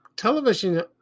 Television